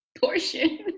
portion